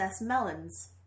Melons